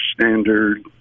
standard